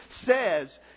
says